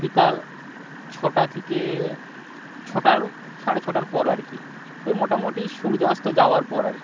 বিকাল ছটা থেকে ছটার সাড়ে ছটার পর আর কি ওই মোটামোটি সূর্য আস্ত যাওয়ার পর আর কি